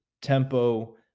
tempo